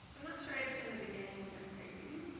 i'm not sure i understand the beginning. i'm sorry could you?